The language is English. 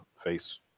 face